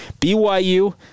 BYU